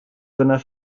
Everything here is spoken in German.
seiner